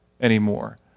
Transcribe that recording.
anymore